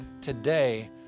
today